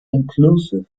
inclusive